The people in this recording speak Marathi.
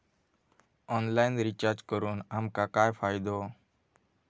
ऑनलाइन रिचार्ज करून आमका काय फायदो?